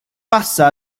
passa